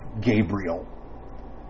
Gabriel